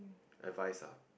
advice ah